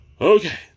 Okay